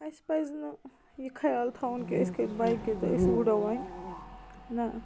اَسہِ پَزِ نہٕ یہِ خیال تھاوُن کہِ أسۍ کھٔتۍ بایکہِ تہٕ وُڈو وۄنۍ نہ